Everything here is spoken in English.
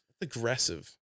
Aggressive